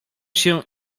się